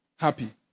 happy